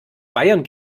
bayern